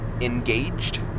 engaged